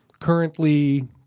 currently